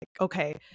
okay